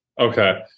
okay